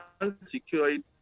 unsecured